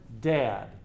dad